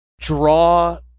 draw